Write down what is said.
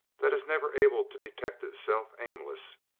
that is never able to detect itself aimless,